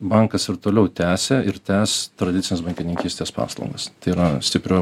bankas ir toliau tęsia ir tęs tradicines bankininkystės paslaugas tai yra stipriau